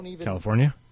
California